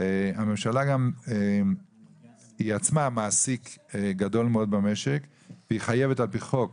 הממשלה עצמה היא מעסיק גדול מאוד במשק והיא חייבת על-פי חוק